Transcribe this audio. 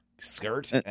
skirt